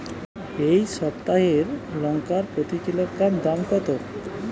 এই সপ্তাহের লঙ্কার প্রতি কিলোগ্রামে দাম কত?